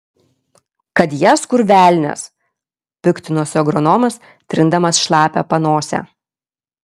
kad jas kur velnias piktinosi agronomas trindamas šlapią panosę